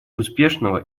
успешного